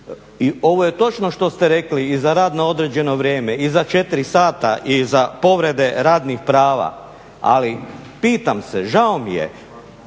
i ovo je točno što ste rekli i za rad na određeno vrijeme i za 4 sata i za povrede radnih prava. Ali pitam se, žao mi je